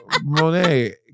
Monet